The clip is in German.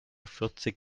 vierzig